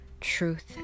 truth